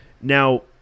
Now